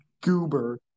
goober